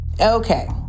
Okay